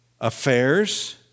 Affairs